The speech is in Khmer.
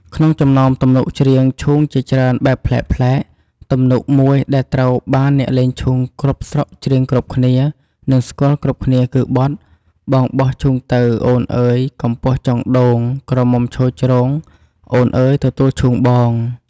ក្នុងចំណោមទំនុកច្រៀងឈូងជាច្រើនបែបប្លែកៗ ទំនុកមួយដែលត្រូវបានអ្នកលេងឈូងគ្រប់ស្រុកច្រៀងគ្រប់គ្នា និងស្គាល់គ្រប់គ្នា គឺបទ៖ «បងបោះឈូងទៅ អូន អើយ កំពស់ចុងដូង ក្រមុំឈរច្រូង អូនអើយទទួលឈូងបង»។